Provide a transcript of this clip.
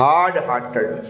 Hard-hearted